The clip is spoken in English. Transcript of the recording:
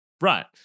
Right